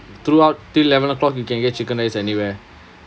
throughout until eleven o'clock you can get chicken rice anywhere